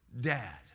Dad